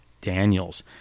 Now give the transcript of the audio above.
Daniels